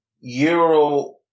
Euro